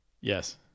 Yes